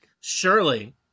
Surely